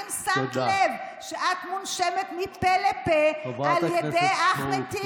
האם שמת לב שאת מונשמת מפה לפה על ידי אחמד טיבי?